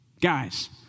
Guys